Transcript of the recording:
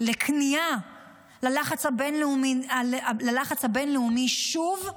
לכניעה ללחץ הבין-לאומי שוב,